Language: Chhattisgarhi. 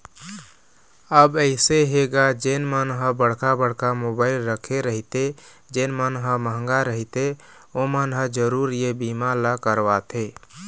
अब अइसे हे गा जेन मन ह बड़का बड़का मोबाइल रखे रहिथे जेन मन ह मंहगा रहिथे ओमन ह जरुर ये बीमा ल करवाथे